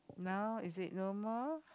now is it no more